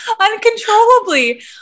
uncontrollably